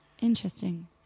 interesting